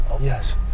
Yes